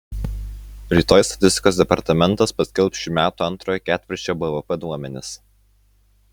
rytoj statistikos departamentas paskelbs šių metų antrojo ketvirčio bvp duomenis